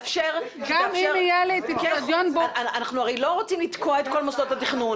אנחנו הרי לא רוצים לתקוע את כל מוסדות התכנון.